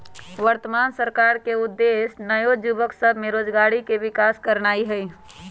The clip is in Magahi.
वर्तमान सरकार के उद्देश्य नओ जुबक सभ में स्वरोजगारी के विकास करनाई हई